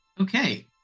Okay